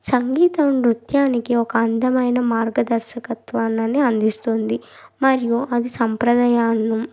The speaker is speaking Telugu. సంగీతం నృత్యానికి ఒక అందమైన మార్గదర్శకత్వాన్ని అందిస్తుంది మరియు అది సాంప్రదాయాలను